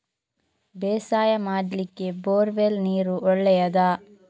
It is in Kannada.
ಬೇಸಾಯ ಮಾಡ್ಲಿಕ್ಕೆ ಬೋರ್ ವೆಲ್ ನೀರು ಒಳ್ಳೆಯದಾ?